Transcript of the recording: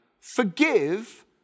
forgive